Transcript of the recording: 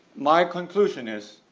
my conclusion is